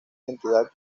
identidad